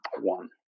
one